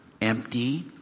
empty